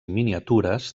miniatures